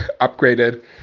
upgraded